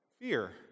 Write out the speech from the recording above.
fear